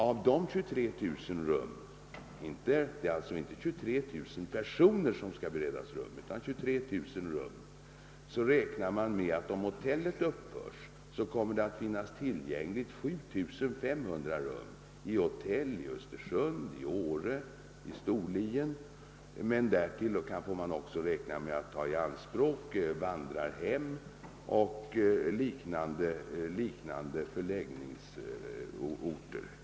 Av dessa 23 000 rum — det är alltså inte fråga om 23 000 personer som skall beredas rum — skulle vid uppförandet av ett nytt hotell 7 500 rum finnas tillgängliga 1 hotell i Östersund, Åre och Storlien. Därutöver får man räkna med att ta i anspråk vandrarhem och liknande förläggningar.